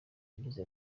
yagize